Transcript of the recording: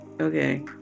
Okay